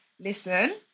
listen